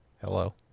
Hello